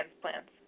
transplants